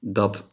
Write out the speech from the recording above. dat